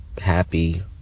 happy